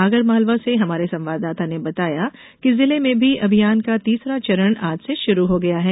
आगर मालवा से हमारे संवाददाता ने बताया कि जिले में भी अभियान का तीसरा चरण आज से शुरू हो गया है